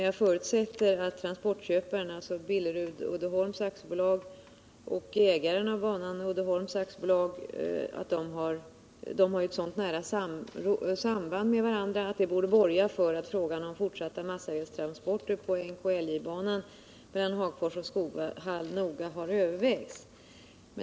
Jag förutsätter att transportköparen, Billerud-Uddeholm AB, och ägaren av banan, Uddeholms AB, har ett så nära samband med varandra att det borde borga för att frågan om fortsatta massavedstransporter på NKIJ-banan mellan Hagfors och Skoghall noga har övervägts.